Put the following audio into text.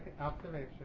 observation